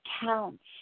counts